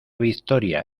victoria